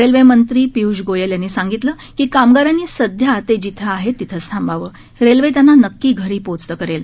railway मंत्री पियूष गोयल यांनी सांगितलं की कामगारांनी सध्या ते जिथं आहेत तिथंच थांबावं रेल्वे त्यांना नक्की घरी पोचतं करेल